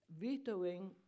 vetoing